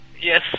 Yes